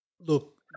Look